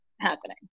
happening